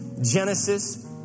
Genesis